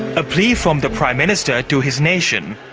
a plea from the prime minister to his nation.